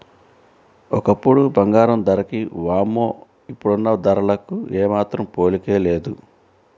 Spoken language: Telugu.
ఒకప్పుడు బంగారం ధరకి వామ్మో ఇప్పుడున్న ధరలకు ఏమాత్రం పోలికే లేదు